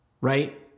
Right